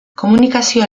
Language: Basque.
komunikazio